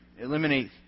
eliminate